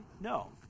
No